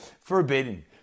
forbidden